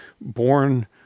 born